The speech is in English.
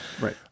right